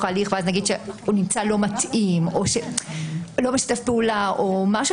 ההליך ואז נגיד שהוא נמצא לא מתאים או לא משתף פעולה או משהו